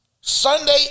Sunday